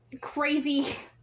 crazy